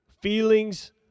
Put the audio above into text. feelings